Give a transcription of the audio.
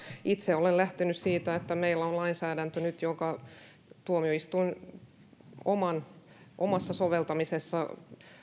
itse olen lähtenyt siitä että meillä on nyt lainsäädäntö ja tuomioistuin omassa soveltamisessaan